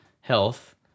health